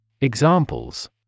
Examples